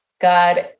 God